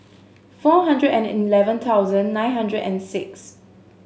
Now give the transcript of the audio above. four hundred and eleven thousand nine hundred and six